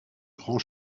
grand